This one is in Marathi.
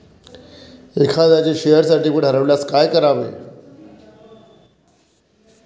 एखाद्याचे शेअर सर्टिफिकेट हरवल्यास काय करावे?